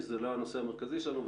זה לא הנושא המרכזי שלנו,